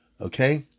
Okay